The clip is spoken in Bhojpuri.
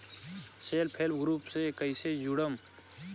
सेल्फ हेल्प ग्रुप से कइसे जुड़म?